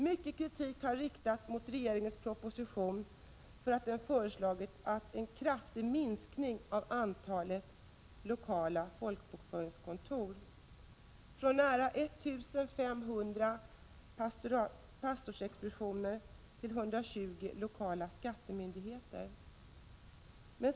Mycket kritik har riktats mot regeringens proposition för att den föreslagit en kraftig minskning av antalet lokala folkbokföringskontor— från nära 1 500 pastorsexpeditioner till 120 lokala skattemyndigheter.